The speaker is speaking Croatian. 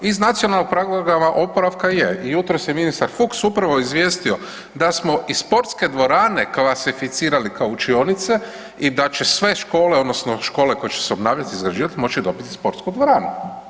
Iz Nacionalnog plana oporavka je i jutros je ministar Fuchs upravo izvijestio da smo i sportske dvorane klasificirali kao učionice i da će sve škole odnosno škole koje će se obnavljat i izgrađivat moći dobiti sportsku dvoranu.